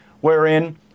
wherein